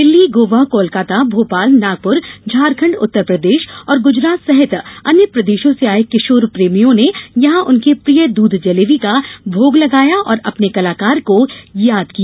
दिल्ली गोवा कोलकाता भोपाल नागपुर झारखण्ड उत्तरप्रदेश और गुजरात सहित अन्य प्रदेशों से आये किशोर प्रेमियों ने यहां उनके प्रिय दूध जलेबी का भोग लगाया और अपने कलाकार को याद किया